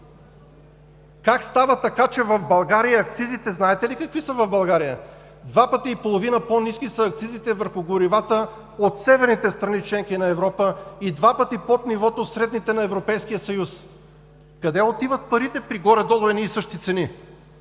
Как става така, че в България акцизите – знаете ли какви са в България – два пъти и половина по-ниски са акцизите върху горивата от северните страни – членки на Европа, и два пъти под нивото от средните – на Европейския съюз? Къде отиват парите при горе-долу едни и същи цени?